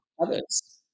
others